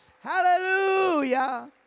Hallelujah